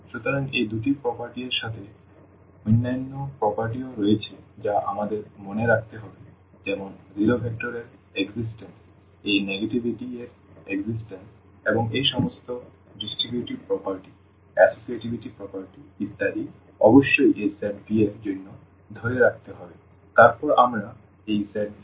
সুতরাং এই দুটি বৈশিষ্ট্য এর সাথে অন্যান্য বৈশিষ্ট্যও রয়েছে যা আমাদের মনে রাখতে হবে যেমন শূন্য ভেক্টর এর অস্তিত্ব এই নেগেটিভিটি এর অস্তিত্ব এবং এই সমস্ত ডিস্ট্রিবিউটিভ প্রপার্টি এসোসিয়েটিভিটি প্রপার্টি ইত্যাদি অবশ্যই এই সেট V এর জন্য ধরে রাখতে হবে তারপর আমরা এই সেট V কে ভেক্টর স্পেস হিসাবে বলি